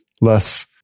less